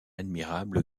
admirable